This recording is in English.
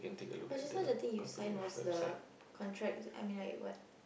just now the thing you signed was the contract mean like what